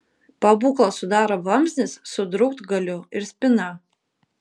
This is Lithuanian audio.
pabūklą sudaro vamzdis su drūtgaliu ir spyna